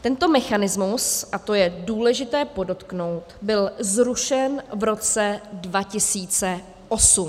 Tento mechanismus, a to je důležité podotknout, byl zrušen v roce 2008.